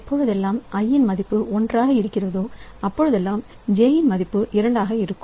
எப்பொழுதெல்லாம் i இன் மதிப்பு ஒன்றாக இருக்கிறதோ அப்பொழுதெல்லாம் j இன் மதிப்பு இரண்டாக இருக்கும்